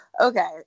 Okay